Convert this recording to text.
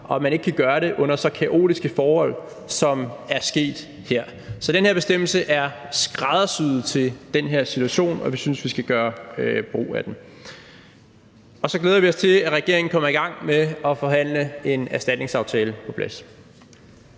og at man ikke kan gøre det under så kaotiske forhold, som det er sket her. Så den bestemmelse er skræddersyet til den her situation, og vi synes, vi skal gøre brug af den. Så glæder vi os til, at regeringen kommer i gang med at forhandle en aftale om erstatning på plads.